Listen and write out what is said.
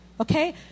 okay